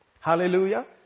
Hallelujah